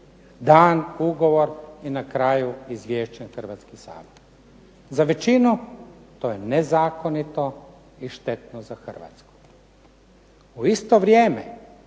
dan ugovor i na kraju izvješten Hrvatski sabor. Za većinu to je nezakonito i štetno za Hrvatsku. u isto vrijeme